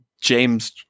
James